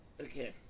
Okay